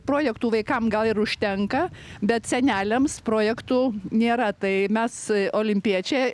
projektų vaikam gal ir užtenka bet seneliams projektų nėra tai mes olimpiečiai